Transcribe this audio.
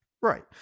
Right